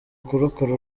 kurokora